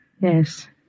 Yes